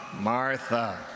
Martha